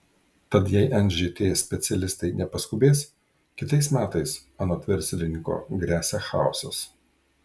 tad jei nžt specialistai nepaskubės kitais metais anot verslininko gresia chaosas